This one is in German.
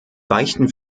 weichen